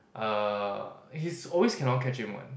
uh he's always cannot catch him one